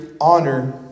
honor